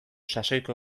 sasoiko